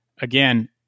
Again